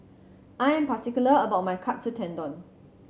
I'm particular about my Katsu Tendon